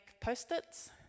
post-its